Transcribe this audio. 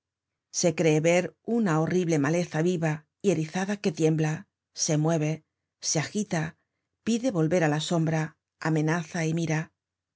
se cree ver una horrible maleza viva y erizada que tiembla se mueve se agita pide volver á la sombra amenaza y mira